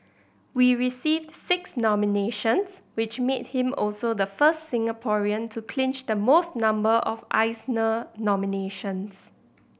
we received six nominations which made him also the first Singaporean to clinch the most number of Eisner nominations